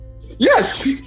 Yes